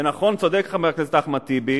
ונכון, צודק חבר הכנסת אחמד טיבי,